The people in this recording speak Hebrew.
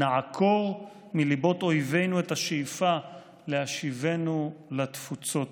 נעקור מליבות אויבינו את השאיפה להשיבנו לתפוצות.